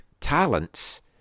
talents